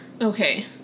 okay